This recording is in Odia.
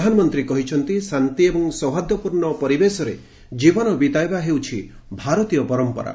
ପ୍ରଧାନମନ୍ତ୍ରୀ କହିଛନ୍ତି ଶାନ୍ତି ଏବଂ ସୌହାର୍ଦ୍ଧ୍ୟପୂର୍ଣ୍ଣ ପରିବେଶରେ ଜୀବନ ବିତାଇବା ହେଉଛି ଭାରତୀୟ ପରମ୍ପରା